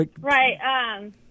Right